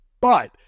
but-